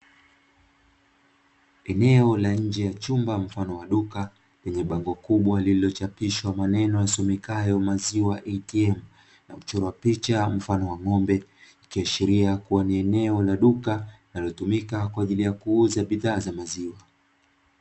Eneo la nje ya chumba mfano wa duka lenye bango kubwa lililochapishwa maneno yasomekayo,"maziwa eitiem ''.Na kuchorwa picha mfano wa ng'ombe ikiashiria kuwa ni eneo la duka linalotumika kwa ajili ya kuuza bidhaa za maziwa.